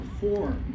four